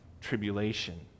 tribulation